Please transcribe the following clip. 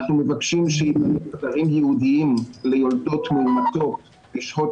אנחנו מבקשים ש- -- חדרים ייעודים ליולדות עם מיטות לשהות